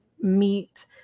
meet